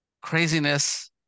craziness